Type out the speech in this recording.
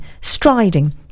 striding